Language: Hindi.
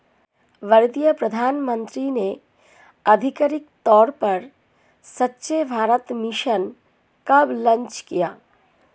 भारतीय प्रधानमंत्री ने आधिकारिक तौर पर स्वच्छ भारत मिशन कब लॉन्च किया?